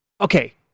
Okay